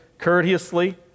courteously